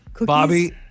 Bobby